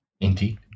indeed